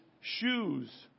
shoes